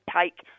take